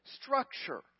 structure